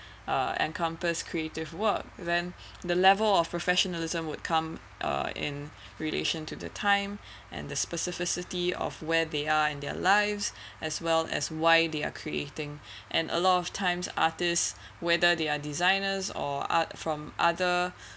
uh encompass creative work then the level of professionalism would come uh in relation to the time and the specificity of where they are in their lives as well as why they are creating and a lot of times artists whether they are designers or ot~ from other